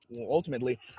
ultimately